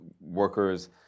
workers